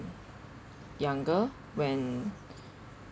younger when